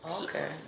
Okay